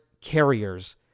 carriers